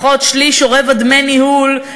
פחות שליש או רבע דמי ניהול.